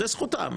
זאת זכותם.